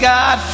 God